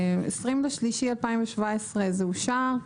20.3.17 זה אושר.